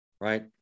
right